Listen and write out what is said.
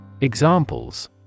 Examples